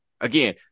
Again